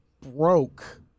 broke